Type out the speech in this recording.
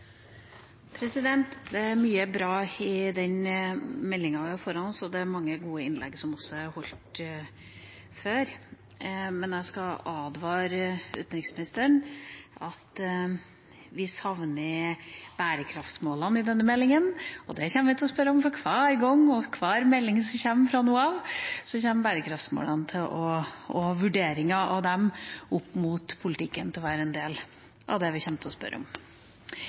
Det er mye bra i den meldinga vi har foran oss, og det er mange gode innlegg som er holdt før. Men jeg skal advare utenriksministeren om at vi savner bærekraftsmålene i denne meldinga – og det kommer vi til å spørre om hver gang: For hver melding som kommer fra nå av, så kommer bærekraftsmålene og vurderinga av dem opp mot politikken til å være en del av det vi kommer til å spørre om.